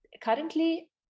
currently